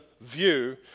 view